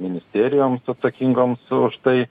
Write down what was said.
ministerijoms atsakingoms už tai